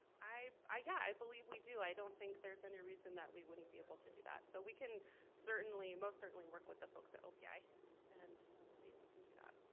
i i believe we do. i don't think there's any reason that we wouldn't be able to do that. so we can certainly, most certainly work with the folks at opi and see if we can do that.